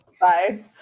bye